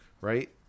right